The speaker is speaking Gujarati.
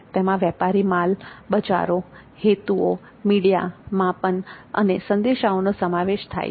તેમાં વેપારી માલ બજારો હેતુઓ મીડિયા માપન અને સંદેશાઓનો સમાવેશ થાય છે